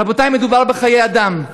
רבותי, מדובר בחיי אדם.